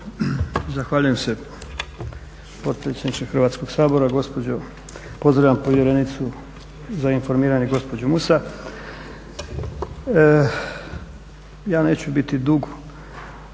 Zahvaljujem se potpredsjedniče Hrvatskog sabora. Gospođo, pozdravljam povjerenicu za informiranje, gospođu Musa. Ja neću biti dug